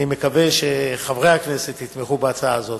אני מקווה שחברי הכנסת יתמכו בהצעה הזאת.